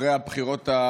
אחרי הבחירות הקרובות,